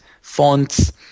fonts